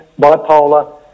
bipolar